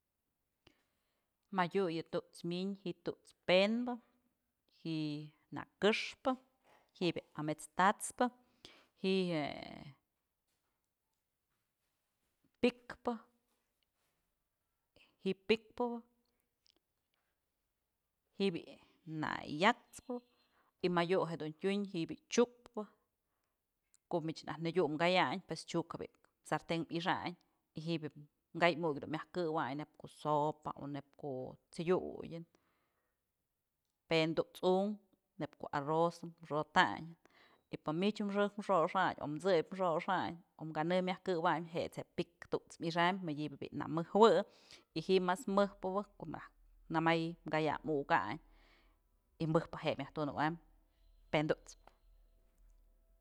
Madyu yë tu'ts myën ji'i tu'ts penbë ji'i na këxpë ji'i bi'i amet's tat'spë, ji'i je'e pikpë, ji'i pikëbë ji'i bi'i na yaxpë y madyu jedun tyun ji'i bi'i chukpë ko'o mich najtyë nëdyum kayanyë pues chuk je'e bi'i sarten mi'ixayn y ji'ib kay mukyë dun myaj këwayn neyb ko'o sopa o neyb ko'o t'sëdyutyën pen tut's unkë ko'o arroz xodotayn y pë mich xëjk xoxayn o t'sëp xoxayn o kanë myaj këwayn je'ts je'e pikë tu's mixaynbyë madyëbë bi'i na mëjue y jij'i mas mëjpëbë ko'o najk nëmay kayayn mukayn y mëjpë je'e myaj tunëwaym pën tut's.